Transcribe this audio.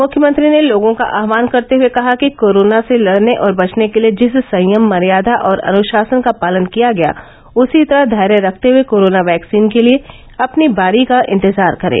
मुख्यमंत्री ने लोगों का आह्वान करते हुए कहा कि कोरोना से लड़ने और बचने के लिए जिस संयम मर्यादा और अनुशासन का पालन किया गया उसी तरह का धैर्य रखते हए कोरोना वैक्सीन के लिए अपनी बारी का इंतजार करें